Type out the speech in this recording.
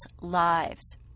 lives